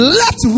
let